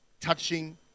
touching